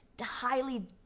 highly